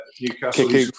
Newcastle